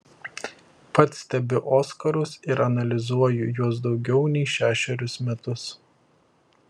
pats stebiu oskarus ir analizuoju juos daugiau nei šešerius metus